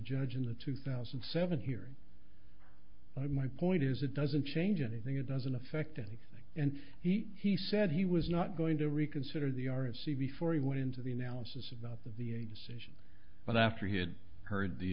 judge in the two thousand and seven hearing but my point is it doesn't change anything it doesn't affect anything and he he said he was not going to reconsider the r f c before he went into the analysis about the v a decision but after he had heard the